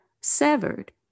severed